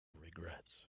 regrets